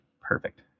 Perfect